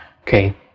Okay